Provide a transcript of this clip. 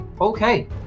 Okay